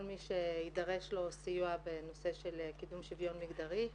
מי שיידרש לו סיוע בנושא של קידום שוויון מגדרי.